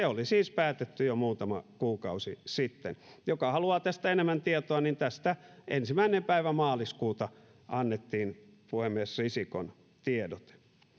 oli siis päätetty jo muutama kuukausi sitten joka haluaa tästä enemmän tietoa niin tästä ensimmäinen päivä maaliskuuta annettiin puhemies risikon tiedote